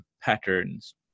patterns